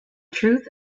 truth